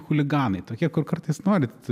chuliganai tokie kur kartais norit